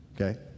Okay